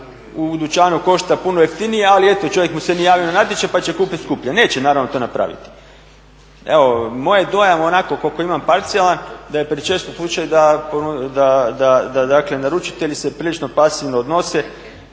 u dućanu košta puno jeftinije ali eto čovjek mu se nije javio na natječaj pa će kupiti skuplje. Neće naravno to napraviti. Evo, moj je dojam onako koliko imam parcijalan, da je prečesto slučaj da dakle naručitelji se prilično pasivno odnose